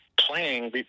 playing